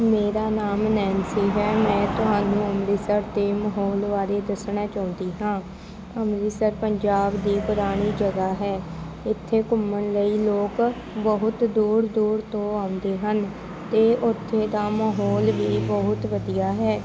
ਮੇਰਾ ਨਾਮ ਨੈਂਨਸੀ ਹੈ ਮੈਂ ਤੁਹਾਨੂੰ ਅੰਮ੍ਰਿਤਸਰ ਦੇ ਮਾਹੌਲ ਬਾਰੇ ਦੱਸਣਾ ਚਾਹੁੰਦੀ ਹਾਂ ਅੰਮ੍ਰਿਤਸਰ ਪੰਜਾਬ ਦੀ ਪੁਰਾਣੀ ਜਗ੍ਹਾ ਹੈ ਇੱਥੇ ਘੁੰਮਣ ਲਈ ਲੋਕ ਬਹੁਤ ਦੂਰ ਦੂਰ ਤੋਂ ਆਉਂਦੇ ਹਨ ਅਤੇ ਉੱਥੇ ਦਾ ਮਾਹੌਲ ਵੀ ਬਹੁਤ ਵਧੀਆ ਹੈ